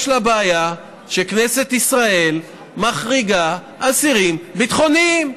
יש לה בעיה שכנסת ישראל מחריגה אסירים ביטחוניים.